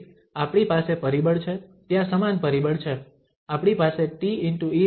તેથી આપણી પાસે પરિબળ છે ત્યાં સમાન પરિબળ છે આપણી પાસે te−at te−at છે